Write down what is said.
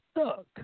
stuck